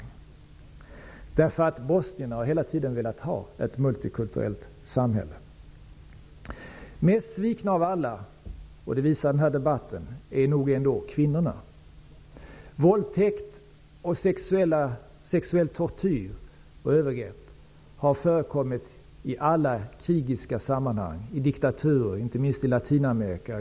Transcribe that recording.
Bosnierna har hela tiden velat ha ett multikulturellt samhälle. Mest svikna av alla -- det visar den här debatten -- är nog ändå kvinnorna. Våldtäkt, sexuell tortyr och övergrepp har förekommit i alla krigiska sammanhang och i diktaturer, inte minst i Latinamerika.